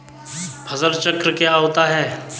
फसल चक्र क्या होता है?